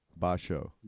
Basho